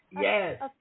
Yes